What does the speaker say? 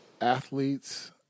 athletes